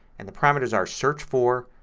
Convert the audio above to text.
and the parameters are search for,